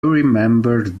remembered